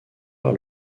par